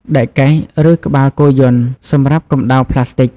ដែកកេះ ឬក្បាលគោយន្ត សម្រាប់កំដៅផ្លាស្ទិក។